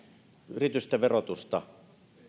yritysten verotusta